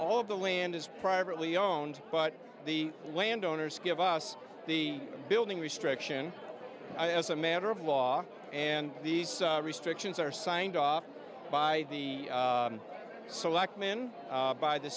all of the land is privately owned but the land owners give us the building restriction as a matter of law and these restrictions are signed off by the selectmen by the